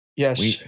Yes